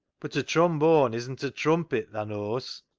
but a trombone isn't a trumpet, tha knaws.